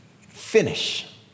finish